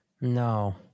No